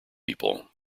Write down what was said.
people